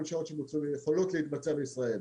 מול שעות שיכולות להתבצע בישראל.